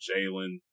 Jalen